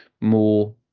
more